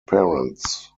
parents